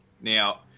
Now